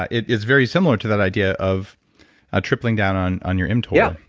it is very similar to that idea of a tripling down on on your mtor, yeah